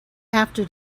after